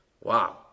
Wow